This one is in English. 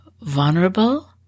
vulnerable